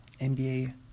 NBA